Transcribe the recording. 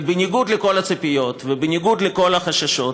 הרי בניגוד לכל הציפיות ובניגוד לכל החששות,